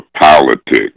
politics